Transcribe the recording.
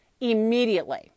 immediately